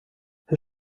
hur